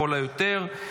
לכל היותר.